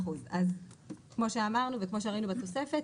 כמו שאמרנו וכמו שראינו בתוספת,